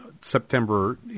September